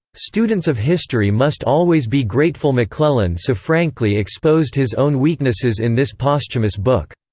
students of history must always be grateful mcclellan so frankly exposed his own weaknesses in this posthumous book.